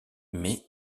mais